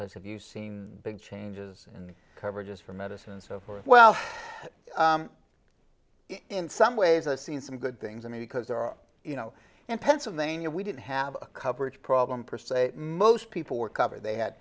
place have you seen big changes in coverage just for medicine and so forth well in some ways i've seen some good things i mean because there are you know in pennsylvania we didn't have a coverage problem per se most people were covered they had